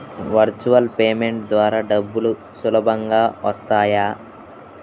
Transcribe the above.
Virtual payment ద్వారా డబ్బులు సులభంగా వస్తాయా?